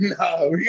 no